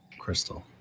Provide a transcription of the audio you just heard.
Crystal